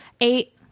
Eight